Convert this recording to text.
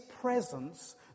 presence